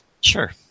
Sure